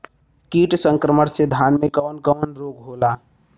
कीट संक्रमण से धान में कवन कवन रोग होला?